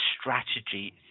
strategy